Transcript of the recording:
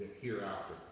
hereafter